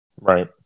Right